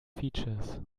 features